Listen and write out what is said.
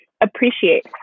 appreciate